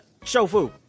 shofu